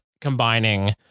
combining